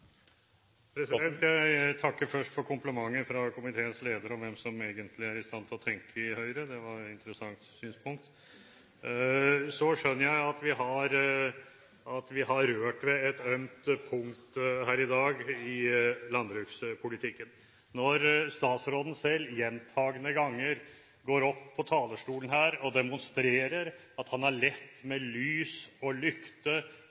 Jeg takker først for komplimenten fra komiteens leder om hvem som egentlig er i stand til å tenke i Høyre. Det var et interessant synspunkt. Så skjønner jeg at vi har rørt ved et ømt punkt i landbrukspolitikken her i dag – når statsråden selv gjentakende ganger går opp på talerstolen og demonstrerer at han har lett med lys og lykte